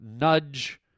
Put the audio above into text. nudge